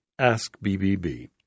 AskBBB